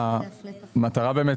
ההפרשים,